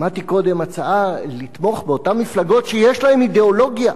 שמעתי קודם הצעה לתמוך באותן מפלגות שיש להן אידיאולוגיה.